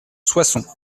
soissons